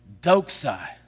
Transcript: doxa